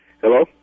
Hello